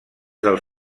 dels